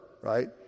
right